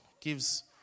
gives